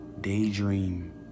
daydream